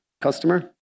Customer